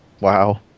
Wow